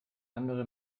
andere